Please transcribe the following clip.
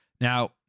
Now